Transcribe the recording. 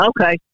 Okay